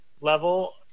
level